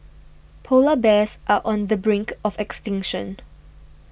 Polar Bears are on the brink of extinction